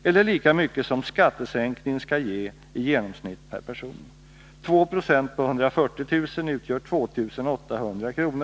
eller lika mycket som skattesänkningen skall ge i genomsnitt per person. 2 90 på 140 000 kr. utgör 2 800 kr.